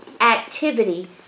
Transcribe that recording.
activity